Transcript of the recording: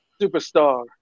superstar